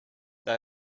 they